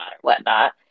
whatnot